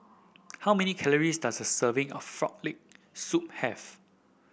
how many calories does a serving of Frog Leg Soup have